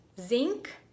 zinc